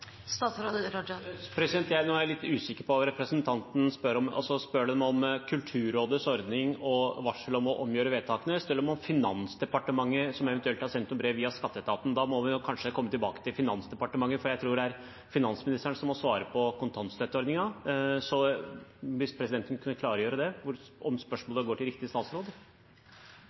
Nå er jeg litt usikker på hva representanten spør om. Spør hun om Kulturrådets ordning og varsel om å omgjøre vedtakene, eller spør hun om Finansdepartementet som eventuelt har sendt noen brev via skatteetaten? Da må vi kanskje komme tilbake, til Finansdepartementet, for jeg tror det er finansministeren som må svare på kontantstøtteordningen. Så hvis presidenten kunne klargjøre det, om spørsmålet går til riktig statsråd.